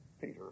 Peter